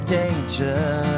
danger